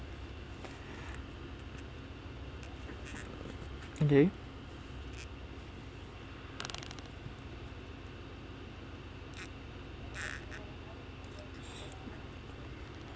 okay